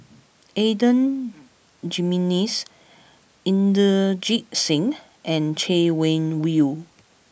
Adan Jimenez Inderjit Singh and Chay Weng Yew